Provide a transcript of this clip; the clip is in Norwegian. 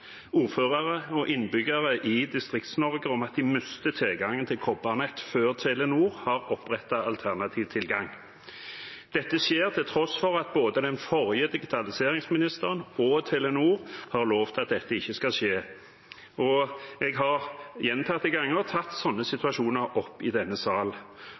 ordførere og innbyggere i Distrikts-Norge om at de mister tilgangen til kobbernettet før Telenor har opprettet alternativ tilgang. Dette skjer til tross for at både den forrige digitaliseringsministeren og Telenor har lovet at dette ikke skal skje. Jeg har gjentatte ganger tatt sånne situasjoner opp i denne sal.